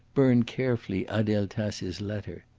burnt carefully adele taces letter.